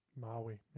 Maui